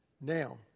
Now